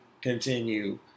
continue